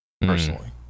personally